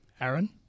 Aaron